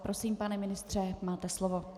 Prosím, pane ministře, máte slovo.